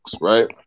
right